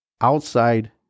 outside